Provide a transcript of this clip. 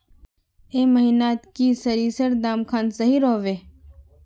ए महीनात की सरिसर दाम खान सही रोहवे?